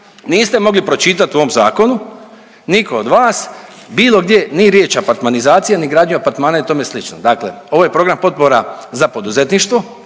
niste mogli pročitat u ovom zakonu, nitko od vas bilo gdje ni riječ apartmanizacija ni gradnju apartmana i tome slično. Dakle ovo je program potpora za poduzetništvo